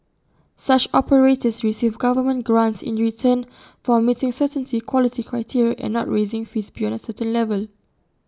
such operators receive government grants in return for meeting certain quality criteria and not raising fees beyond A certain level